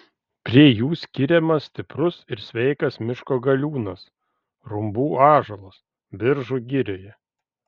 prie jų skiriamas stiprus ir sveikas miško galiūnas rumbų ąžuolas biržų girioje